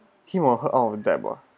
him or her or debt ah